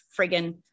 friggin